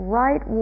right